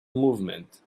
movement